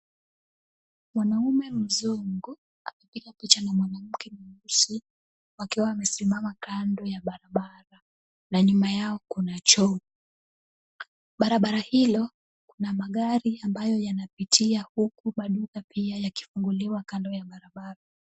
Mwanamume mzungu akipiga picha na mwanamke mweusi, wakiwa wamesimama kando ya barabara na nyuma yao kuna choo . Barabara hilo kuna magari ambayo yanapitia huku maduka pia yakifunguliwa kando ya barabara.